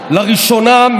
החוצה.